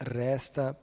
resta